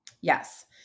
Yes